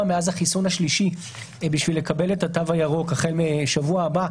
מאז החיסון השלישי בשביל לקבל את התו הירוק החל משבוע הבא,